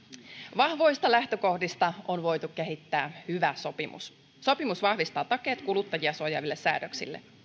vahvoista lähtökohdista on voitu kehittää hyvä sopimus sopimus vahvistaa takeet kuluttajia suojaaville säädöksille